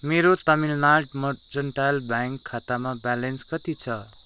मेरो Tamil Nadu mercantile bank खातामा balance कति छ